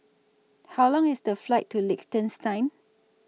How Long IS The Flight to Liechtenstein